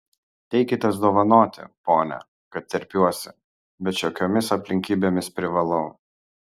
teikitės dovanoti pone kad terpiuosi bet šiokiomis aplinkybėmis privalau